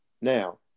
Now